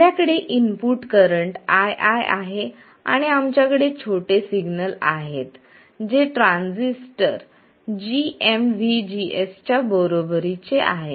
आपल्याकडे input current ii आहे आणि आमच्याकडे छोटे सिग्नल आहेत जे ट्रान्झिस्टर gmvgs च्या बरोबरीचे आहेत